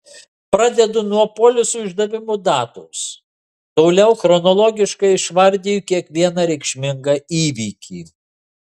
pradedu nuo poliso išdavimo datos toliau chronologiškai išvardiju kiekvieną reikšmingą įvykį